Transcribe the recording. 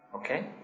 Okay